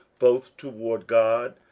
both toward god,